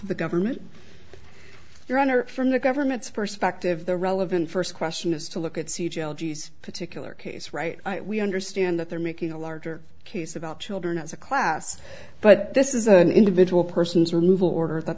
of the government your honor from the government's perspective the relevant first question is to look at c j elegies particular case right we understand that they're making a larger case about children as a class but this is an individual person's removal order that